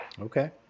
Okay